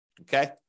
okay